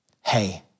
hey